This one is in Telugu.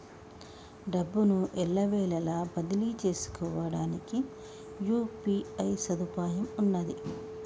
డబ్బును ఎల్లవేళలా బదిలీ చేసుకోవడానికి యూ.పీ.ఐ సదుపాయం ఉన్నది